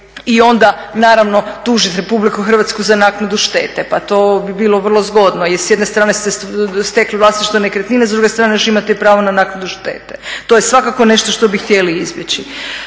i onda naravno tužiti RH za naknadu štete. Pa to bi bilo vrlo zgodno jer s jedne strane ste stekli vlasništvo nekretnine, s druge strane još imate pravo na naknadu štete. To je svakako nešto što bi htjeli izbjeći.